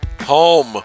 Home